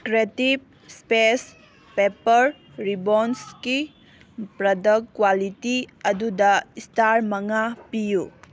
creative special paper ꯔꯤꯕꯣꯟꯒꯤ product quality ꯑꯗꯨꯗ star ꯃꯉꯥ ꯄꯤꯌꯨ